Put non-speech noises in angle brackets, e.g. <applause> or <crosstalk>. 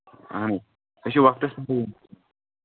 اَہن حظ أسۍ چھِ وَقتَس <unintelligible>